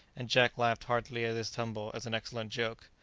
and jack laughed heartily at his tumble as an excellent joke.